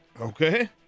Okay